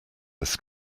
this